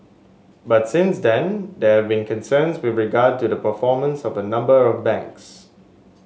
but since then there have been concerns with regard to the performance of a number of banks